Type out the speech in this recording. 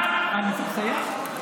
אני צריך לסיים?